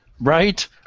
Right